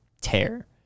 tear